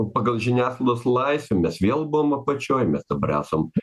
pagal žiniasklaidos laisvę mes vėl buvom apačioj mes dabar esam